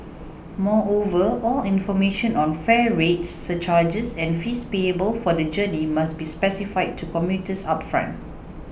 moreover all information on fare rates surcharges and fees payable for the journey must be specified to commuters upfront